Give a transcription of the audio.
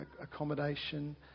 accommodation